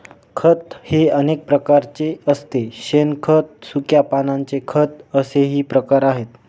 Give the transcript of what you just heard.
खत हे अनेक प्रकारचे असते शेणखत, सुक्या पानांचे खत असे प्रकार आहेत